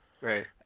Right